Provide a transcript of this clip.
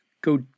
go